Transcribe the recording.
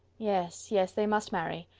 yes, yes, they must marry.